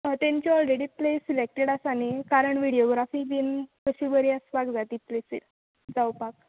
हय तेंचो already place selected आसा न्ही कारण व्हिडीयोग्राफी बीन तशी बरी आसपाक जाय तितलीच जावपाक